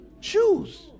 choose